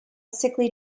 sickly